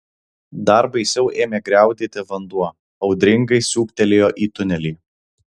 dar baisiau ėmė griaudėti vanduo audringai siūbtelėjo į tunelį